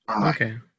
okay